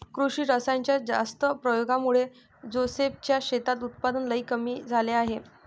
कृषी रासायनाच्या जास्त प्रयोगामुळे जोसेफ च्या शेतात उत्पादन लई कमी झाले आहे